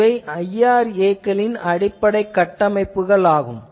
இவை IRA வின் அடிப்படைக் கட்டமைப்புகள் ஆகும்